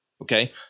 Okay